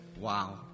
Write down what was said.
wow